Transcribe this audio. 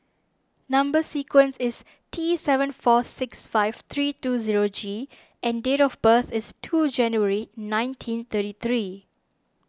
Number Sequence is T seven four six five three two zero G and date of birth is two January nineteen thirty three